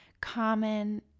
common